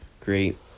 great